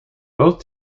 both